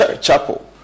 Chapel